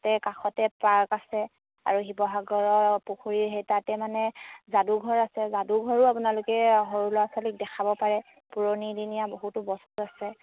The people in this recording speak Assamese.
তাতে কাষতে পাৰ্ক আছে আৰু শিৱসাগৰৰ পুখুৰী সেই তাতে মানে যাদুঘৰ আছে যাদুঘৰো আপোনালোকে সৰু ল'ৰা ছোৱালীক দেখাব পাৰে পুৰণিদিনীয়া বহুতো বস্তু আছে